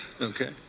okay